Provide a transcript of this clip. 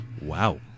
Wow